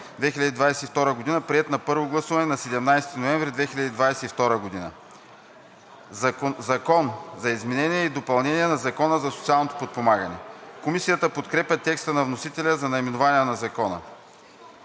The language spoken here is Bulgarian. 2022 г., приет на първо гласуване на 17 ноември 2022 г. „Закон за изменение и допълнение на Закона за социално подпомагане“.“ Комисията подкрепя текста на вносителя за наименованието на Закона.